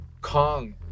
Kong